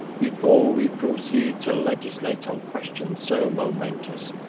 before we proceed to legislate on questions so momentous,